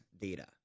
data